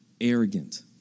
arrogant